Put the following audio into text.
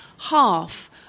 half